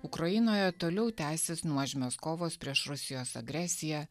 ukrainoje toliau tęsis nuožmios kovos prieš rusijos agresiją